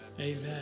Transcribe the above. amen